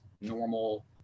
normal